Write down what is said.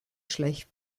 schlecht